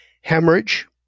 hemorrhage